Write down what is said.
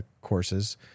courses